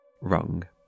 Wrong